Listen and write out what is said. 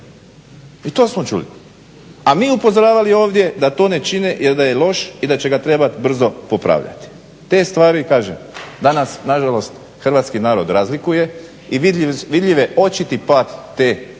i to smo čuli, a mi upozoravali ovdje da to ne čine, jer da je loš i da će ga treba brzo popravljati. Te stvari, kažem danas nažalost Hrvatski narod razlikuje i vidljiv je očiti pad te politike